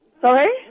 Sorry